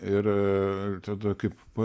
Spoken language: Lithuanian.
ir tada kaip